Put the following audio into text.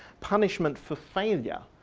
punishment for failure,